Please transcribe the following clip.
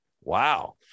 Wow